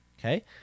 Okay